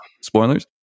spoilers